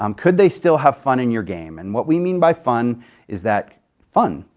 um could they still have fun in your game, and what we mean by fun is that, fun.